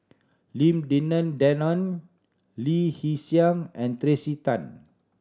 Lim Denan Denon Lee Hee Seng and Tracey Tan